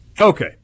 Okay